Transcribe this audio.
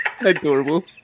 Adorable